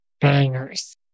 bangers